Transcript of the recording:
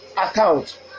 account